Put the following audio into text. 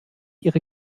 ihre